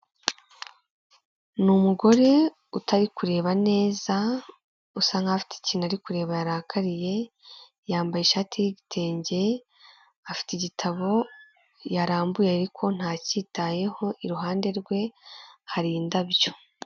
Ni umugore utari kureba neza, usa nk'aho afite ikintu ari kureba yarakariye, yambaye ishati y'igitenge, afite igitabo yarambuye ariko ntacyitayeho, iruhande rwe hari indabyo.